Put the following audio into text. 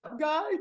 guys